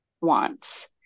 wants